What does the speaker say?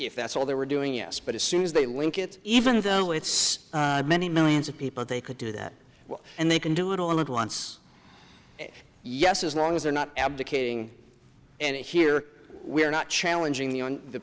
if that's all they were doing yes but as soon as they wink it even though it's many millions of people they could do that and they can do it all at once yes as long as they're not abdicating and here we are not challenging the on the